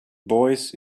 boys